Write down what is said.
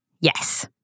Yes